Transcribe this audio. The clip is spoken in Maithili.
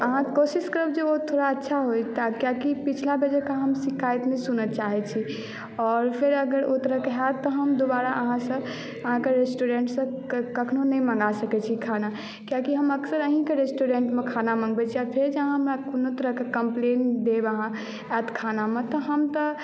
अहाँ कोशिश करब जे ओ थोड़ा अच्छा होय कियाकि पिछला बेर जँका हम शिकायत नहि सुनय चाहैत छी आओर फेर अगर ओहि तरहके हैत तऽ हम दुबारा अहाँसँ अहाँके रेस्टुरेन्टसँ कखनो नहि मङ्गा सकैत छी खाना कियाकि हम अक्सर अहीँके रेस्टुरेन्टमे खाना मङ्गबैत छी आ फेर जे अहाँ हमरा कोनो तरहके कम्प्लेन देब अहाँ या हैत खानामे तऽ हम तऽ